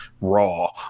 raw